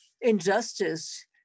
injustice